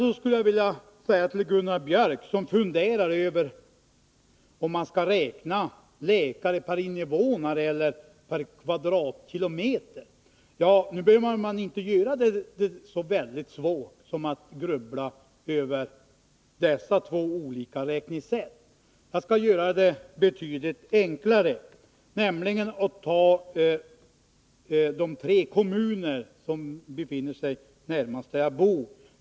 Sedan skulle jag vilja säga till Gunnar Biörck i Värmdö, som funderar över om man skall räkna läkare per innevånare eller per kvadratkilometer, att man inte behöver göra det så svårt som att grubbla över dessa två olika räknesätt. Jag skall göra det betydligt enklare, nämligen att ta de tre kommuner som ligger närmast den plats där jag bor.